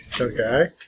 Okay